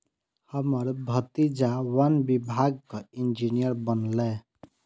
हमर भतीजा वन विभागक इंजीनियर बनलैए